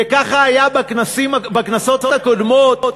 וכך היה בכנסות הקודמות,